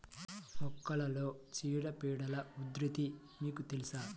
మొక్కలలో చీడపీడల ఉధృతి మీకు తెలుసా?